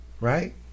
Right